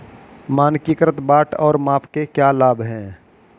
मानकीकृत बाट और माप के क्या लाभ हैं?